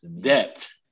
Depth